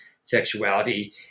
sexuality